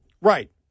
Right